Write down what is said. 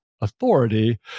authority